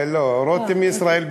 רותם הוא מישראל ביתנו.